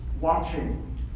watching